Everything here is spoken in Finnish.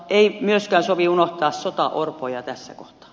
ei myöskään sovi unohtaa sotaorpoja tässä kohtaa